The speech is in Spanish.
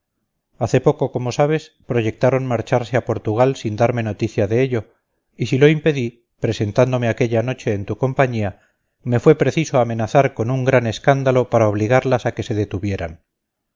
hace poco como sabes proyectaron marcharse a portugal sin darme noticia de ello y si lo impedí presentándome aquella noche en tu compañía me fue preciso amenazar con un gran escándalo para obligarlas a que se detuvieran